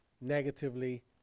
negatively